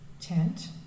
tent